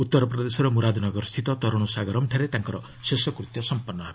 ଉତ୍ତରପ୍ରଦେଶର ମୁରାଦନଗରସ୍ଥିତ ତରୁଣସାଗରମ୍ଠାରେ ତାଙ୍କର ଶେଷକୃତ୍ୟ ସଂପନ୍ନ ହେବ